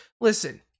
Listen